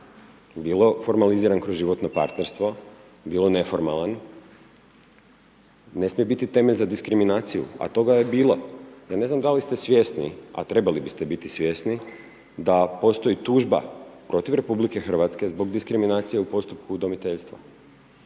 bilo formaliziran kroz životno partnerstvo, bilo neformalan, ne smije biti temelj za diskriminaciju, a toga je bilo. Ja ne znam da li ste svjesni, a trebali biste biti svjesni da postoji tužba protiv RH zbog diskriminacije u postupku udomiteljstva.